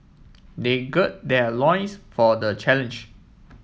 they gird their loins for the challenge